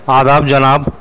آداب جناب